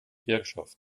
herrschaft